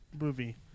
movie